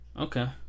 Okay